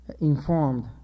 informed